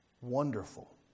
wonderful